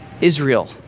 Israel